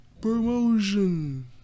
promotion